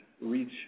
reach